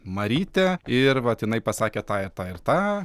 marytė ir vat jinai pasakė tą ir tą ir tą